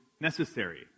necessary